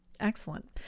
Excellent